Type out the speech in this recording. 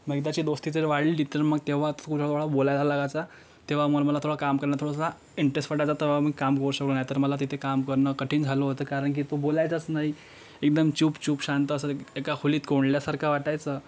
मग एकदाची दोस्ती तर वाढली तर मग तेव्हा तो थोडाथोडा बोलायला लागायचा तेव्हा मल मला थोडा काम करण्यात थोडासा इंटरेस्ट वाटायचा तेव्हा मी काम तर मला तिथे काम करणं कठीण झालं होतं कारण की तो बोलायचाच नाही एकदम चूप चूप शांत असं एक् एका खोलीत कोंडल्यासारखं वाटायचं